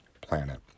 planet